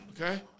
okay